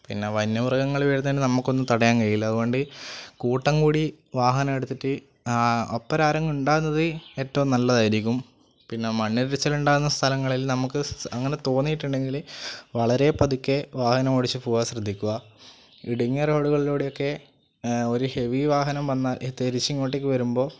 പിന്നെ വന്യമൃഗങ്ങൾ വരുന്നതിന് നമുക്കൊന്നും തടയാൻ കഴിയില്ല അതുകൊണ്ട് കൂട്ടം കൂടി വാഹനമെടുത്തിട്ട് അ ഒപ്പം ആരെങ്കിലും ഉണ്ടാകുന്നത് ഏറ്റവും നല്ലതായിരിക്കും പിന്നെ മണ്ണ് ഇടിച്ചിൽ ഉണ്ടാകുന്ന സ്ഥലങ്ങളിൽ നമുക്ക് അങ്ങനെ തോന്നിയിട്ടുണ്ടെങ്കിൽ വളരെ പതുക്കെ വാഹനം ഓടിച്ച് പോകാൻ ശ്രദ്ധിക്കുക ഇടുങ്ങിയ റോഡുകളിലൂടെയൊക്കെ അ ഒരു ഹെവി വാഹനം വന്നാൽ തിരിച്ച് ഇങ്ങോട്ടേക്ക് വരുമ്പോൾ